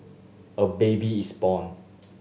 a baby is born